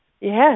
Yes